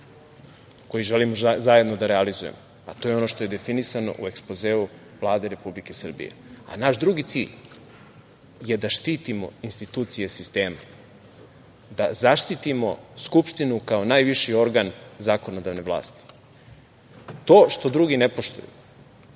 koji želimo zajedno da realizujemo, a to je ono što je definisano u ekspozeu Vlade Republike Srbije. Naš drugi cilj je da štitimo institucije sistema, da zaštitimo Skupštinu kao najviši organ zakonodavne vlasti. To što drugi ne poštuju,